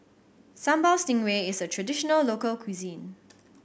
Sambal Stingray is a traditional local cuisine